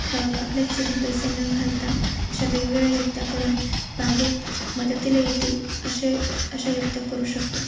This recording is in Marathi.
ख आपल्या खिशातून पैसे न घालता अशा वेगवेगळ्या युक्त्या करून बागेत मदतीला येतील असे अशा युक्त्या करू शकतो